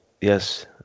yes